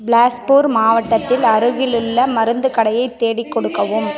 பிலாஸ்பூர் மாவட்டத்தில் அருகிலுள்ள மருந்துக் கடையை தேடிக் கொடுக்கவும்